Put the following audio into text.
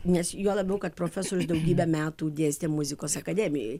nes juo labiau kad profesorius daugybę metų dėstė muzikos akademijoj